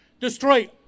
destroy